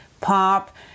pop